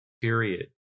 period